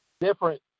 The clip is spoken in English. different